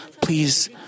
please